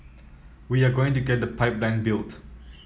we are going to get the pipeline built